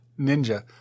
Ninja